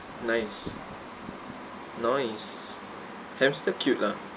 nice nice hamster cute lah